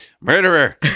murderer